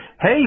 Hey